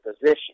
position